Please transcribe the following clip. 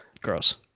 gross